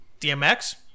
DMX